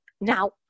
now